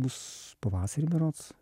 bus pavasarį berods